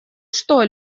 что